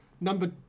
number